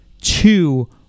two